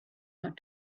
out